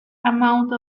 amount